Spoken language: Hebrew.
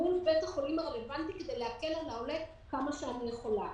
מול בית החולים הרלוונטי כדי להקל על העולה כמה שאני יכולה.